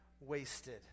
wasted